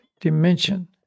dimension